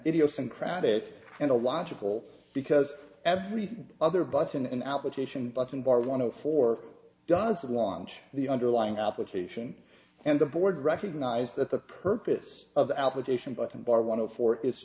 idiosyncratic and illogical because every other bus in an application bus in bar one hundred four does launch the underlying application and the board recognize that the purpose of application button bar one of four is